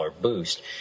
boost